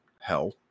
hell